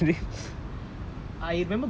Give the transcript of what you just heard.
so after he came to my place